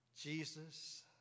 Jesus